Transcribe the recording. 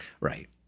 Right